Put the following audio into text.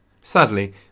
Sadly